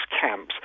camps